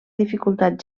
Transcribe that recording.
dificultat